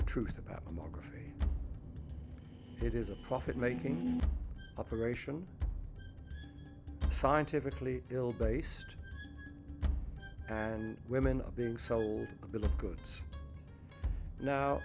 margaret it is a profit making operation scientifically ill based and women are being sold a bill of goods no